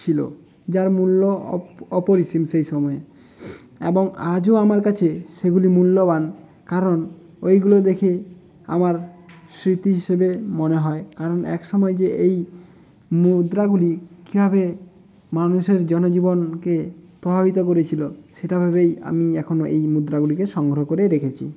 ছিলো যার মূল্য অপরিসীম সেই সময়ে এবং আজও আমার কাছে সেগুলি মূল্যবান কারণ ওইগুলো দেখেই আমার স্মৃতি হিসেবে মনে হয় কারণ এক সময় যে এই মুদ্রাগুলি কীভাবে মানুষের জনজীবনকে প্রভাবিত করেছিলো সেটা ভেবেই আমি এখনও এই মুদ্রাগুলিকে সংগ্রহ করে রেখেছি